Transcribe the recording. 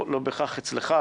לא בהכרח אצלך,